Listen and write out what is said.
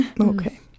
Okay